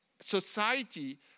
society